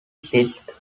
sixth